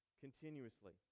continuously